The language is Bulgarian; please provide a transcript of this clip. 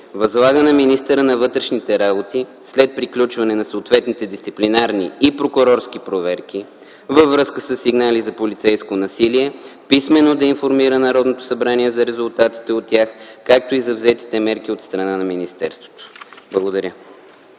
Възлага на министъра на вътрешните работи, след приключване на съответните дисциплинарни и прокурорски проверки във връзка със сигнали за полицейско насилие, писмено да информира Народното събрание за резултатите от тях, както и за взетите мерки от страна на министерството.” Благодаря.